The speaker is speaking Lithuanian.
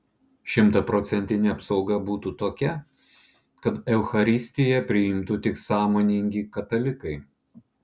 šimtaprocentinė apsauga būtų tokia kad eucharistiją priimtų tik sąmoningi katalikai